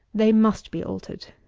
they must be altered.